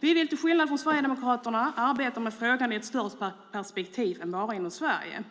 Vi vill till skillnad från Sverigedemokraterna arbeta med frågan i ett större perspektiv än bara inom Sverige.